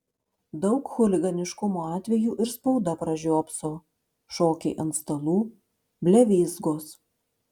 daug chuliganiškumo atvejų ir spauda pražiopso šokiai ant stalų blevyzgos